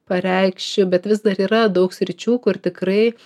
pareikšiu bet vis dar yra daug sričių kur tikrai